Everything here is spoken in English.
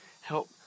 help